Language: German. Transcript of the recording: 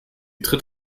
tritt